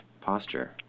posture